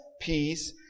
peace